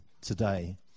today